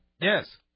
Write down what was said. Yes